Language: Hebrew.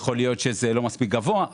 יכול להיות שזה לא מספיק גבוה,